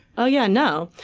oh, yeah no.